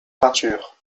peinture